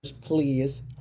please